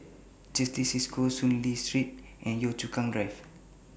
Certis CISCO Soon Lee Street and Yio Chu Kang Drive